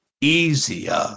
easier